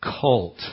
cult